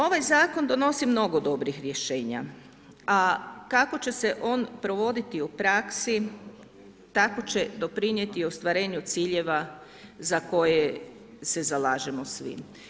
Ovaj zakon donosi mnogo dobrih rješenja, a kako će se on provoditi u praksi tako će doprinijeti ostvarenju ciljeva za koje se zalažemo svi.